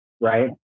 Right